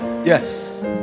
yes